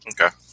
Okay